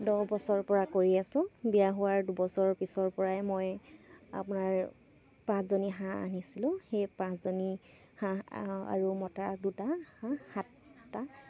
দহ বছৰপৰা কৰি আছো বিয়া হোৱাৰ দুবছৰ পিছৰপৰাই মই আপোনাৰ পাঁচজনী হাঁহ আনিছিলোঁ সেই পাঁচজনী হাঁহ আৰু মতা দুটা হাঁহ সাতটা